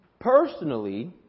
personally